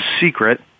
secret